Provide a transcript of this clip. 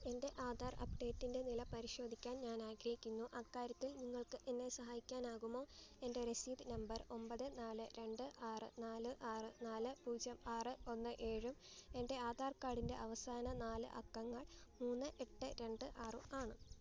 എൻ്റെ ആധാർ അപ്ഡേറ്റിൻ്റെ നില പരിശോധിക്കാൻ ഞാൻ ആഗ്രഹിക്കുന്നു അക്കാര്യത്തിൽ നിങ്ങൾക്ക് എന്നെ സഹായിക്കാനാകുമോ എൻ്റെ രസീത് നമ്പർ ഒമ്പത് നാല് രണ്ട് ആറ് നാല് ആറ് നാല് പൂജ്യം ആറ് ഒന്ന് ഏഴും എൻ്റെ ആധാർ കാർഡിൻ്റെ അവസാന നാല് അക്കങ്ങൾ മൂന്ന് എട്ട് രണ്ട് ആറും ആണ്